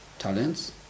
Talents